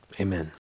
Amen